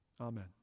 Amen